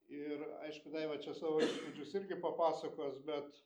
ir aišku daiva čia savo įspūdžius irgi papasakos bet